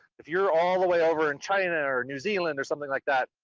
if you're all the way over in china or new zealand or something like that,